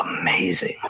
amazing